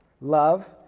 Love